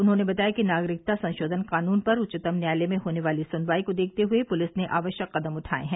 उन्होंने बताया कि नागरिकता संशोधन कानून पर उच्चतम न्यायालय में होने वाली सुनवाई को देखते हुए पुलिस ने आवश्यक कदम उठाये हैं